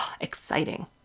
Exciting